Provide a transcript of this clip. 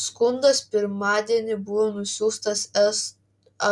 skundas pirmadienį buvo nusiųstas es